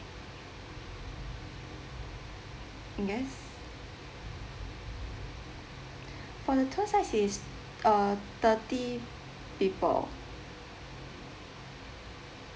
yes for the tour size it's uh thirty people ya